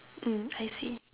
mm I see